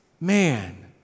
man